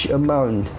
amount